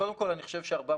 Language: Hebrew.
קודם כל אני חושב ש-473%,